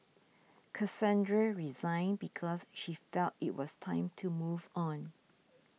Cassandra resigned because she felt it was time to move on